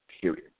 Period